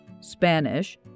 Spanish